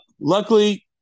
Luckily